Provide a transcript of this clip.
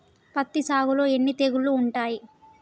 పత్తి సాగులో ఎన్ని తెగుళ్లు ఉంటాయి?